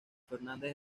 fernández